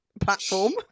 Platform